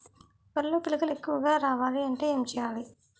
వరిలో పిలకలు ఎక్కువుగా రావాలి అంటే ఏంటి చేయాలి?